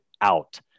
out